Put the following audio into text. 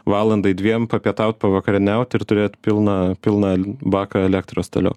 valandai dviem papietaut pavakarieniaut ir turėt pilną pilną baką elektros toliau